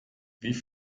wie